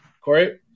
Corey